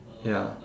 ya